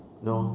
mm